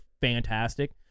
fantastic